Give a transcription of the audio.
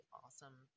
awesome